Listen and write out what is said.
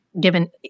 Given